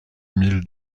mille